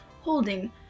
holding